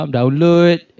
Download